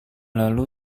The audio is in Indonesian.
lalu